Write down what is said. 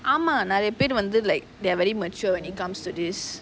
ஆமா நெறய பேரு வந்து:aamaa neraya peru vanthu like they are very mature when it comes to this